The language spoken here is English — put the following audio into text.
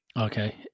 Okay